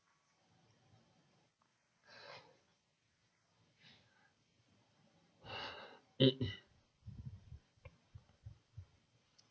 eight